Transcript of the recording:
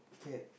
cat